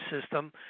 system